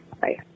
bye